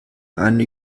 eine